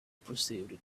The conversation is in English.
perceived